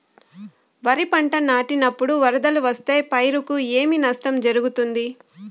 వరిపంట నాటినపుడు వరదలు వస్తే పైరుకు ఏమి నష్టం జరుగుతుంది?